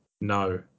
no